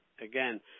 again